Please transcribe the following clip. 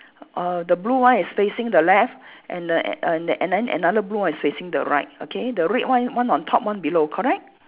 err the blue one is facing the left and and and then another blue one is facing the right okay the red one one on top one below correct